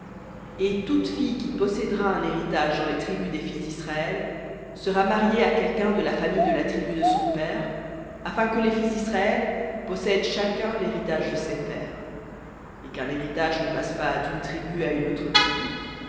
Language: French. et toute fille qui possédera un héritage dans les tribus des fils d'israël sera mariée à quelqu'un de la famille de la tribu de son père afin que les fils d'israël possèdent chacun l'héritage de ses pères et qu'un héritage ne passe pas d'une tribu à une autre tribu